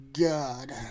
God